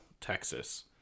Texas